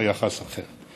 היחס אחר.